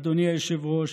אדוני היושב-ראש,